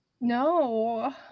No